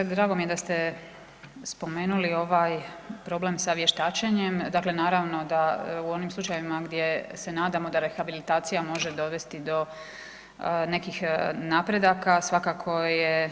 Evo drago mi je da ste spomenuli ovaj problem sa vještačenjem, naravno da u onim slučajevima gdje se nadamo da rehabilitacija može dovesti do nekih napredaka, svakako je